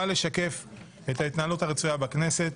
ההתנהלות הרצויה בכנסת.